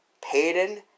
Peyton